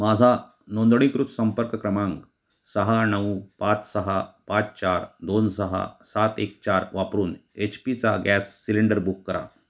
माझा नोंदणीकृत संपर्क क्रमांक सहा नऊ पाच सहा पाच चार दोन सहा सात एक चार वापरून एच पीचा गॅस सिलेंडर बुक करा